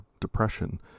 depression